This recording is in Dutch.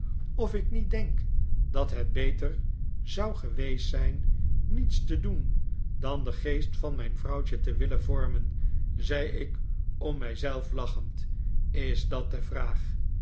of ik niet denk dat het beter zou geweest zijn niets te doen dan den geest van mijn vrouwtje te willen vormen zei ik om mij zelf lachend is dat de vraag